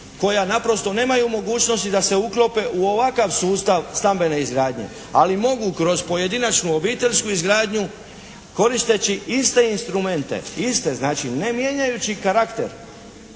koja naprosto nemaju mogućnosti da se uklope u ovakav sustav stambene izgradnje, ali mogu kroz pojedinačnu obiteljsku izgradnju koristeći iste instrumente, iste znači ne mijenjajući karakter